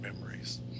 memories